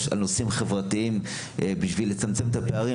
על נושאים חברתיים בשביל לצמצם את הפערים,